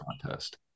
contest